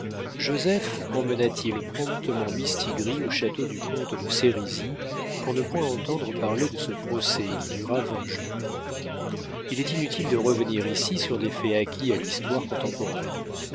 joseph emmena t il promptement mistigris au château du comte de sérizy pour ne point entendre parler de ce procès qui dura vingt jours il est inutile de revenir ici sur des faits acquis à l'histoire contemporaine